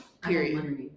Period